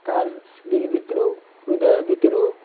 ତାର୍ ଦିଲ୍ ଭିତରୁ ହୃଦୟ ଭିତରୁ